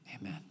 Amen